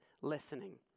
listening